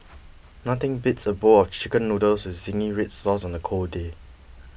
nothing beats a bowl of Chicken Noodles with Zingy Red Sauce on a cold day